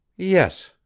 yes,